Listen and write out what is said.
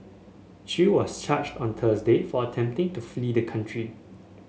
Chew was charged on Thursday for attempting to flee the country